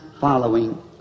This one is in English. following